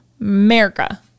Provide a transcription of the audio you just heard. America